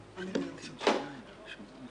אני חזרתי מאה פעם.